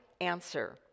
answer